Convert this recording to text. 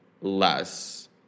less